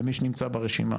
למי שנמצא ברשימה.